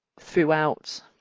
throughout